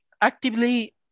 actively